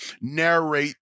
narrate